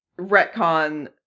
retcon